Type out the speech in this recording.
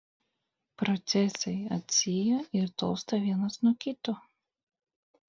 procesai atsyja ir tolsta vienas nuo kito